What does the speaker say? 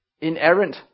inerrant